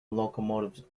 locomotives